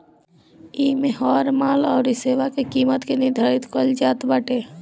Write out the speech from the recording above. इमे हर माल अउरी सेवा के किमत के निर्धारित कईल जात बाटे